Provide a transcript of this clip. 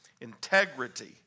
Integrity